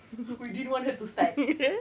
we didn't want me to start